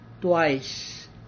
twice